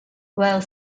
while